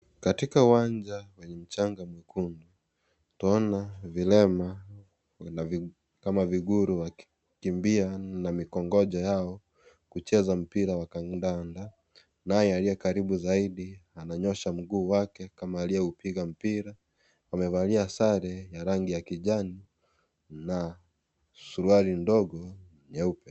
Katika uwanja wenye mchanga mwekundu, Tina vilema ka viguru wakikimbia na migongojo ya kucheza mpira ya kandanda naye aliyekaribu zaidi ananyosha miguu yake kama aliyeupiga mpira. Wamevalia sare ya rangi ya kijani na suruali ndogo nyeupe.